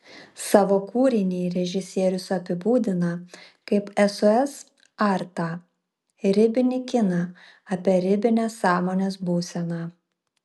savo kūrinį režisierius apibūdina kaip sos artą ribinį kiną apie ribinę sąmonės būseną